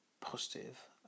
positive